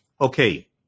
Okay